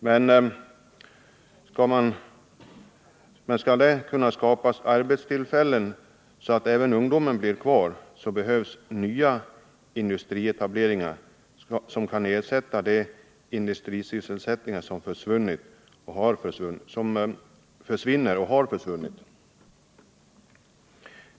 Men skall det kunna skapas arbetstillfällen så att även ungdomen stannar kvar på orten, behövs nya industrietableringar, som kan ersätta de industri sysselsättningar som försvinner och har försvunnit.